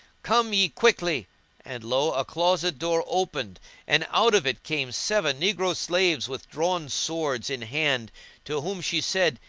come ye quickly and lo! a closet door opened and out of it came seven negro slaves with drawn swords in hand to whom she said,